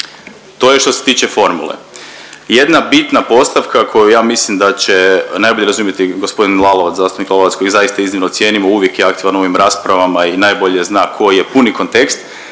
To je što se tiče formule. Jedna bitna postavka koju ja mislim da će najbolje razumjeti gospodin Lalovac, zastupnik Lalovac kojeg zaista iznimno cijenimo. Uvijek je aktivan u ovim raspravama i najbolje zna koji je puni kontekst.